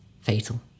Fatal